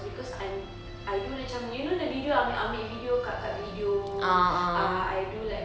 because I'm I do macam you know the video ambil ambil video kat kat video ah I do like